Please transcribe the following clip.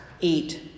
eat